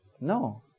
No